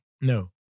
No